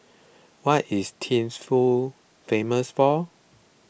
what is Thimphu famous for